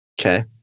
Okay